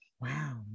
wow